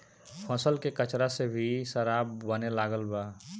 फसल के कचरा से भी शराब बने लागल बा